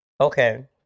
Okay